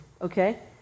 okay